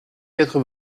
quatre